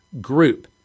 group